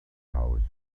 house